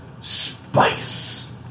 spice